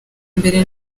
mbere